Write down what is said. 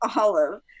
Olive